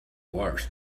wars